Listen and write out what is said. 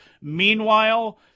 Meanwhile